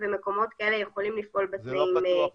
ומקומות כאלה יכולים -- זה לא פתוח לציבור.